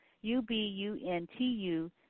U-B-U-N-T-U